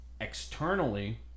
externally